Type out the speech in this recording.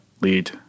lead